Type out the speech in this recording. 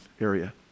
area